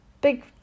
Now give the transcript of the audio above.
Big